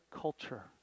culture